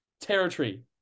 territory